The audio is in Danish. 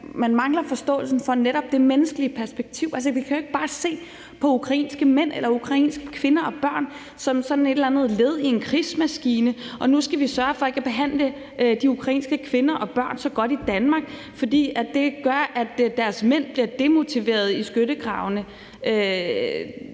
man mangler forståelsen for netop det menneskelige perspektiv. Altså, vi kan jo ikke bare se på ukrainske mænd eller ukrainske kvinder og børn som sådan et eller andet led i en krigsmaskine, og nu skal vi sørge for ikke at behandle de ukrainske kvinder og børn så godt i Danmark, fordi det gør, at deres mænd bliver demotiverede i skyttegravene.